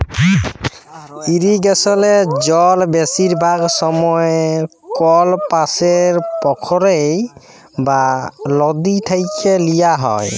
ইরিগেসলে জল বেশিরভাগ সময়ই কল পাশের পখ্ইর বা লদী থ্যাইকে লিয়া হ্যয়